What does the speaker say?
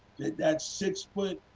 that that six foot,